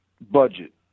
budget